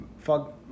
Fuck